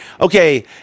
Okay